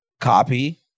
copy